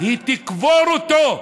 היא תקבור אותו.